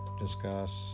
discuss